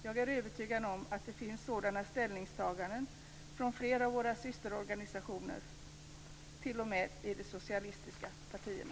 Jag är övertygad om att det finns sådana ställningstaganden i fler av våra systerorganisationer, t.o.m. i de socialistiska partierna.